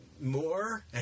more